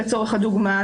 לצורך הדוגמה,